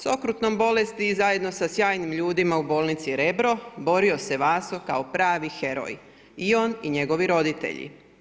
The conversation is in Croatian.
S okrutnom bolesti i zajedno sa sjajnim ljudima u bolnici Rebro borio se Vaso kao pravi heroj i on i njegovi roditelji.